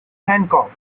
hancock